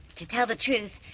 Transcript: to tell the truth,